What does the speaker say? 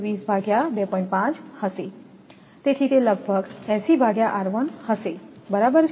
5 હશે તેથી તે લગભગ 80𝑟1 હશે બરાબર છે